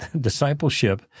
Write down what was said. Discipleship